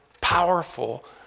powerful